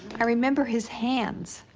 i remember his hands.